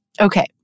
Okay